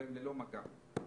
ללא מגע.